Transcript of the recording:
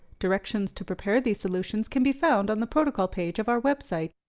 directions to prepare these solutions can be found on the protocol page of our website.